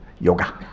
yoga